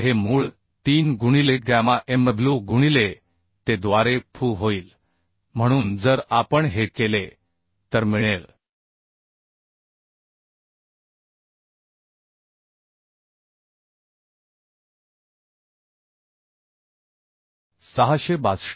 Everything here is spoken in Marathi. हे मूळ 3 गुणिले गॅमा mw गुणिले te द्वारे fu होईल म्हणून जर आपण हे केले तर मिळेल 662